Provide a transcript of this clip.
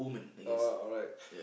uh alright